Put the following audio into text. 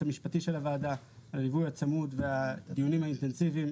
המשפטי של הוועדה על הליווי הצמוד והדיונים האינטנסיביים.